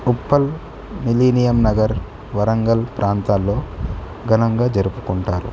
Uppal millennium Nagar Warangal ప్రాంతాల్లో ఘనంగా జరుపుకుంటారు